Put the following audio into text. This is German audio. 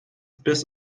bis